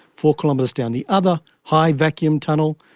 four kilometres down the other high vacuum tunnel.